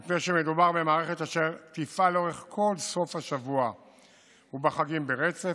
מפני שמדובר במערכת אשר תפעל לאורך כל סוף השבוע ובחגים ברצף.